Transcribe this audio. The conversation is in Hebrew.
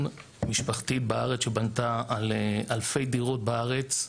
משפחתית בארץ שבנתה אלפי דירות בארץ,